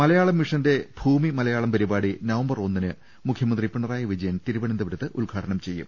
മലയാളം മിഷന്റെ ഭൂമിമലയാളം പരിപാടി നവംബർ ഒന്നിന് മുഖ്യമന്ത്രി പിണറായി വിജയൻ തിരുവനന്തപുരത്ത് ഉദ്ഘാടനം ചെയ്യും